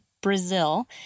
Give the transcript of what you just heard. Brazil